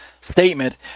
statement